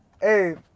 hey